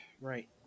Right